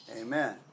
Amen